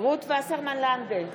רות וסרמן לנדה,